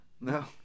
No